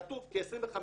כתוב ב-25